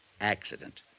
Accident